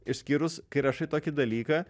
išskyrus kai rašai tokį dalyką